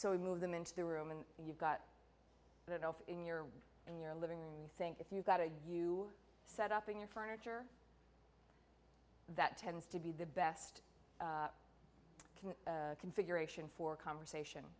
so we move them into the room and you've got it off in your in your living room you think if you've got a you set up in your furniture that tends to be the best configuration for conversation